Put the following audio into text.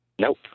Nope